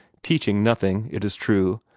teaching nothing, it is true,